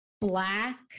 black